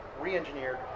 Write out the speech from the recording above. re-engineered